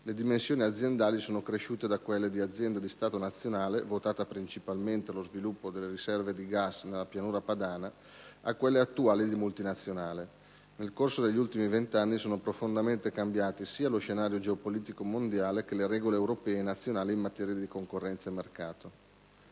le dimensioni aziendali sono cresciute da quelle di azienda di Stato nazionale, votata principalmente allo sviluppo delle riserve di gas naturale della pianura Padana, a quelle attuali di multinazionale. Nel corso degli ultimi vent'anni sono profondamente cambiati sia lo scenario geo-politico mondiale che le regole europee e nazionali in materia di concorrenza e mercato.